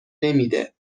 نمیده